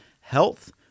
health